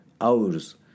hours